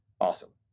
awesome